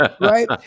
right